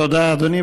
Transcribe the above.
תודה, אדוני.